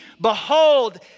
behold